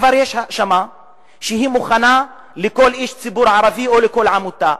כבר יש האשמה שמוכנה לכל איש ציבור ערבי או לכל עמותה: